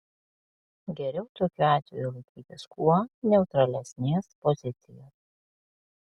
geriau tokiu atveju laikytis kuo neutralesnės pozicijos